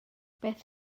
beth